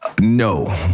No